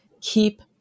keep